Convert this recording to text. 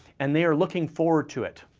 and they are looking forward to it.